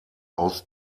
aus